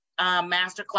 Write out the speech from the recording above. masterclass